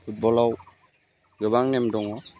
फुटबलाव गोबां नेम दङ